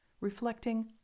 reflecting